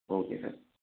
okay sir